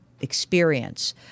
experience